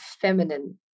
feminine